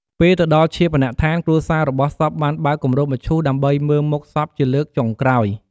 ពេលទៅដល់ឈាបនដ្ឋានគ្រួសាររបស់សពបានបើកគម្របមឈូសដើម្បីមើលមុខសពជាលើកចុងក្រោយ។